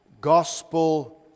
gospel